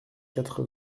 quatre